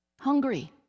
hungry